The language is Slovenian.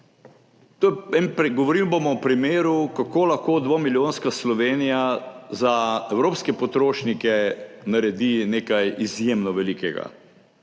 povedal. Govorim bom o primeru, kako lahko dvomilijonska Slovenija za evropske potrošnike naredi nekaj izjemno velikega,